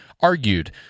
argued